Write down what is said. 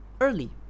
early